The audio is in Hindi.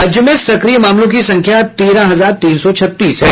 राज्य में सक्रिय मामलों की संख्या तेरह हजार तीन सौ छत्तीस है